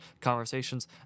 conversations